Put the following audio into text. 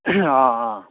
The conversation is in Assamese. অঁ অঁ